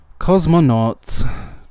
Cosmonauts